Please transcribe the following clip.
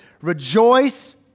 Rejoice